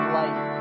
life